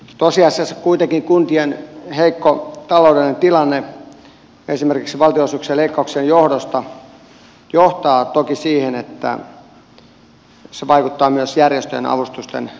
tosiasiassa kuitenkin kuntien heikko taloudellinen tilanne esimerkiksi valtionosuuksien leikkauksien johdosta johtaa toki siihen että se vaikuttaa myös järjestöjen avustusten määrään